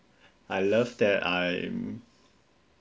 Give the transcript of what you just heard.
I love that I'm